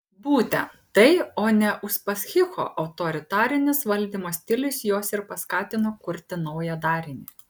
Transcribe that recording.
būtent tai o ne uspaskicho autoritarinis valdymo stilius juos ir paskatino kurti naują darinį